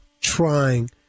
trying